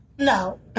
No